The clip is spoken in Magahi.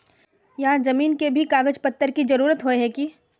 यहात जमीन के भी कागज पत्र की जरूरत होय है की?